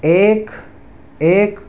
ایک ایک